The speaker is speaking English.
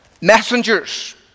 messengers